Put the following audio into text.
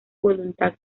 voluntad